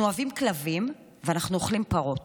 אנחנו אוהבים כלבים ואנחנו אוכלים פרות